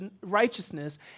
righteousness